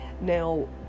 Now